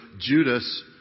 Judas